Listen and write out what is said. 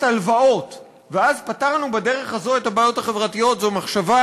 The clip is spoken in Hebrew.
הלוואות ואז פתרנו בדרך הזאת את הבעיות החברתיות זו מחשבה,